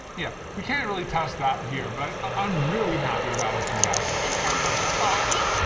yeah, we can't really test that here, but i'm really happy with how this turned out. in terms of the quality,